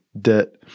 debt